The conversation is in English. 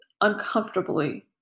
uncomfortably